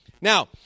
Now